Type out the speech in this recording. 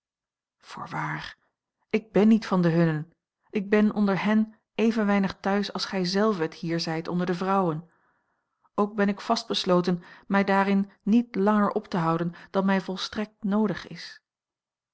voorwaar ik ben niet van de hunnen en ik ben onder hen even weinig thuis als gij zelve het hier zijt onder de vrouwen ook ben ik vast besloten mij daarin niet langer op te houden dan mij volstrekt noodig is